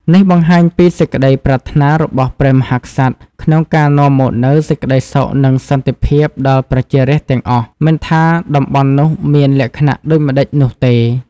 នេះបង្ហាញពីសេចក្តីប្រាថ្នារបស់ព្រះមហាក្សត្រក្នុងការនាំមកនូវសេចក្តីសុខនិងសន្តិភាពដល់ប្រជារាស្ត្រទាំងអស់ មិនថាតំបន់នោះមានលក្ខណៈដូចម្ដេចនោះទេ។